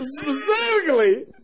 specifically